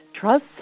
Trust